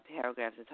paragraphs